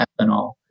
ethanol